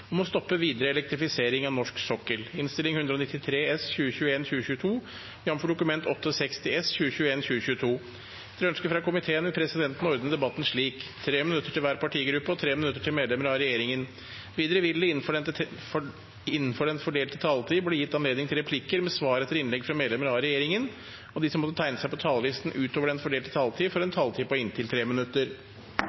om ordet til sakene nr. 8 og 9. Etter ønske fra utenriks- og forsvarskomiteen vil presidenten ordne debatten slik: 5 minutter til hver partigruppe og 5 minutter til medlemmer av regjeringen. Videre vil det – innenfor den fordelte taletid – bli gitt anledning til inntil syv replikker med svar etter innlegg fra medlemmer av regjeringen, og de som måtte tegne seg på talerlisten utover den fordelte taletid, får en